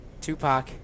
Tupac